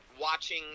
Watching